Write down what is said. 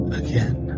again